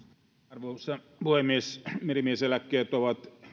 arvoisa puhemies merimieseläkkeet ovat